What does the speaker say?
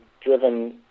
driven